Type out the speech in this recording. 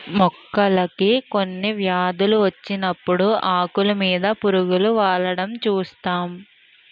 మొక్కలకి కొన్ని వ్యాధులు వచ్చినప్పుడు ఆకులు మీద పురుగు వాలడం చూస్తుంటాం